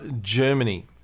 Germany